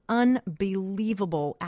unbelievable